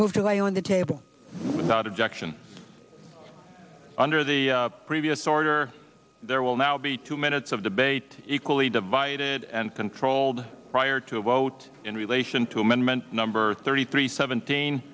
move to lay on the table without objection under the previous order there will now be two minutes of debate equally divided and controlled prior to a vote in relation to amendment number thirty three seventeen